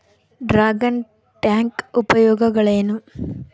Dragon tank ಉಪಯೋಗಗಳೇನು?